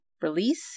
release